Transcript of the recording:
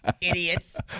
Idiots